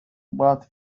but